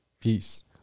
Peace